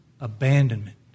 abandonment